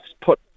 put